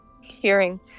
hearing